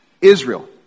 Israel